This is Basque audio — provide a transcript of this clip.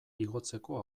igotzeko